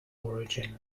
origin